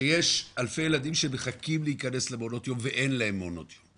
כשיש אלפי ילדים שמחכים למעונות יום ואין להם מעונות יום,